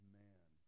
man